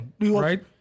Right